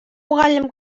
мугалим